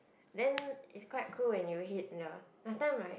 then it's quite cool when you hit the last time my